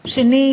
שנית,